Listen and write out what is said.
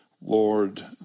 Lord